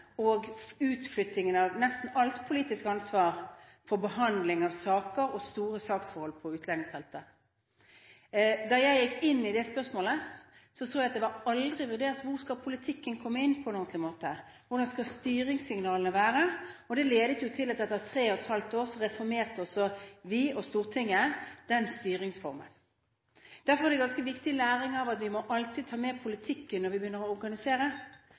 og utflyttingen av nesten alt politisk ansvar for behandling av saker og store saksforhold på utlendingsfeltet. Da jeg gikk inn i det spørsmålet, så jeg at det aldri var vurdert på en ordentlig måte hvor politikken skal komme inn, hvordan styringssignalene skal være. Det ledet til at Stortinget reformerte den styringsformen etter tre og et halvt år. Det er en ganske viktig læring at vi alltid må ta med politikken når vi begynner å organisere.